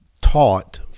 taught